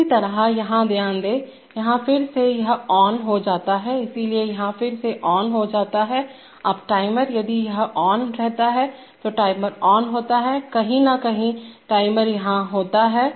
इसी तरह यहाँ ध्यान दें यहाँ फिर से यह ऑन हो जाता है इसलिए यहाँ फिर से ऑनहो जाता है अब टाइमर यदि यह ऑन रहता तो टाइमर ON होता कहीं न कहीं टाइमर यहाँ होता होता